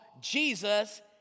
Jesus